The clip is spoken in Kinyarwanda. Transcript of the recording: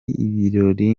ibirori